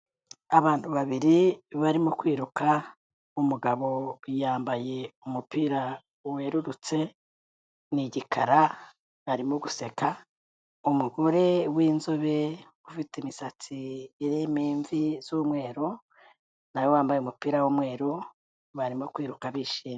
Abantu babiri barimo kwiruka, umugabo yambaye umupira werurutse, ni igikara, arimo guseka, umugore winzobe ufite imisatsi irimo imvi z'umweru, na we wambaye umupira w'umweru, barimo kwiruka bishimye.